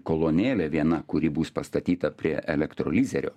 kolonėlė viena kuri bus pastatyta prie elektrolizerio